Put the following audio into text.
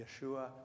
Yeshua